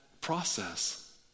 process